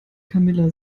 camilla